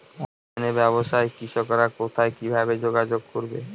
অনলাইনে ব্যবসায় কৃষকরা কোথায় কিভাবে যোগাযোগ করবে?